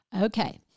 Okay